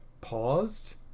paused